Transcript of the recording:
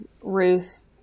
Ruth